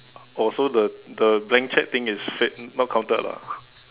oh so the the blank cheque thing is fake not counted lah